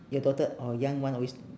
your daughter oh young one always